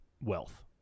wealth